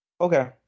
Okay